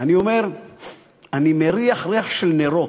אני מריח ריח של נרות,